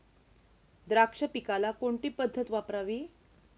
द्राक्ष पिकाला कोणती पद्धत वापरावी?